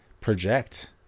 project